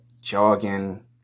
jogging